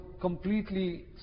completely